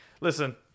Listen